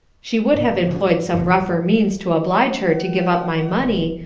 she would have employed some rougher means to oblige her to give up my money,